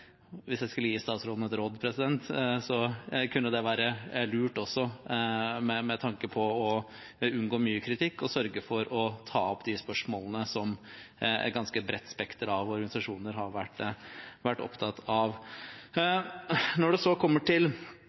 kunne være lurt, også med tanke på å unngå mye kritikk, å sørge for å ta opp de spørsmålene som et ganske spredt spekter av organisasjoner har vært opptatt av. Når det så kommer til